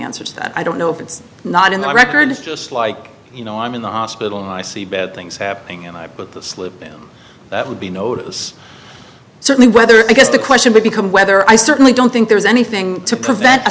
answer to that i don't know if it's not in the records just like you know i'm in the hospital and i see bad things happening and i put the slip down that would be notice certainly whether because the question becomes whether i certainly don't think there's anything to prevent